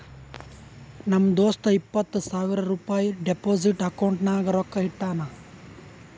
ನಮ್ ದೋಸ್ತ ಇಪ್ಪತ್ ಸಾವಿರ ರುಪಾಯಿ ಡೆಪೋಸಿಟ್ ಅಕೌಂಟ್ನಾಗ್ ರೊಕ್ಕಾ ಇಟ್ಟಾನ್